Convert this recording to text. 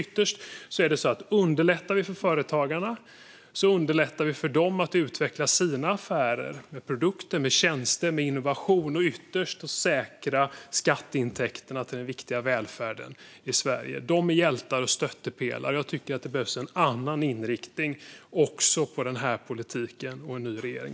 Ytterst är det ju så att om vi underlättar för företagarna underlättar vi också för dem att utveckla sina affärer med produkter, tjänster, innovation och, ytterst, med att säkra skatteintäkterna till den viktiga välfärden i Sverige. De är hjältar och stöttepelare, och jag tycker att det behövs en annan inriktning också på den här politiken liksom en ny regering.